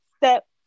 step